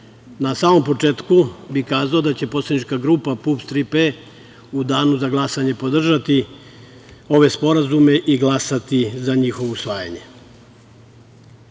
samom početku bih kazao da će poslanička grupa PUPS- 3P u danu za glasanje podržati ove sporazume i glasati za njihovo usvajanje. Ovi